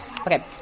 Okay